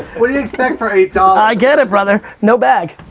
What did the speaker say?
what do you expect for eight dollars? i get it brother, no bag.